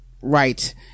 right